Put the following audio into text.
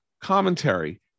commentary